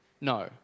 No